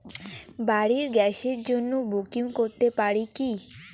বাড়ির গ্যাসের জন্য বুকিং করতে পারি কি?